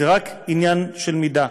זה רק עניין של מידה.